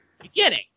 Beginning